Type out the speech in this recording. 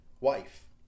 wife